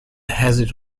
hazard